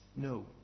no